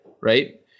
right